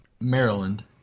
Maryland